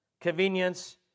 convenience